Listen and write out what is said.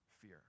fear